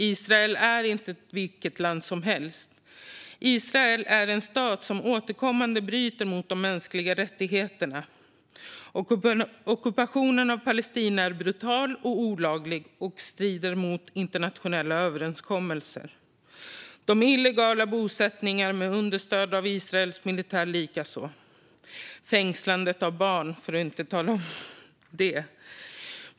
Israel är inte vilket land som helst. Israel är en stat som återkommande bryter mot de mänskliga rättigheterna. Ockupationen av Palestina är brutal och olaglig och strider mot internationella överenskommelser. Detsamma gäller de illegala bosättningarna med understöd av Israels militär, för att inte tala om fängslandet av barn.